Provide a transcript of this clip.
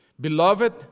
Beloved